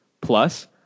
plus